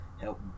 help